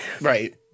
Right